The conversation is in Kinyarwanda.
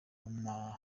amagambo